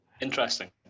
Interesting